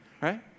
right